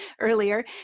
earlier